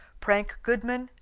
prank goodman,